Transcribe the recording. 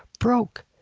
broke.